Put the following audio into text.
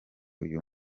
uyu